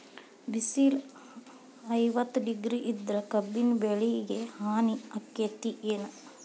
ಬಿಸಿಲ ಐವತ್ತ ಡಿಗ್ರಿ ಇದ್ರ ಕಬ್ಬಿನ ಬೆಳಿಗೆ ಹಾನಿ ಆಕೆತ್ತಿ ಏನ್?